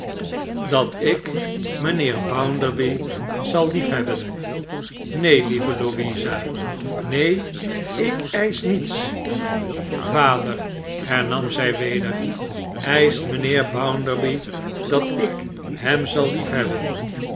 dat ik mijnheer bounderby zal liefhebben neen lieve louisa neen ik eisch niets vader hernam zij weder eischt mijnheer bounderby dat ik hem zal